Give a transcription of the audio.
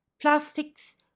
plastics